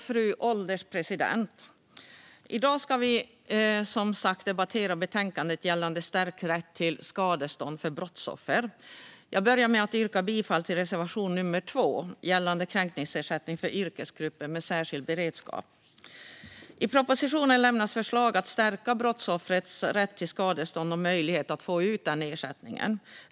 Fru ålderspresident! I dag ska vi som sagt debattera betänkandet gällande stärkt rätt till skadestånd för brottsoffer. Jag börjar med att yrka bifall till reservation 2, som gäller kränkningsersättning för yrkesgrupper med särskild beredskap. I propositionen lämnas förslag för att stärka brottsoffrets rätt till skadestånd och möjlighet att få ut den ersättningen.